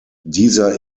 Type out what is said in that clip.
dieser